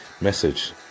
Message